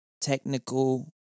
technical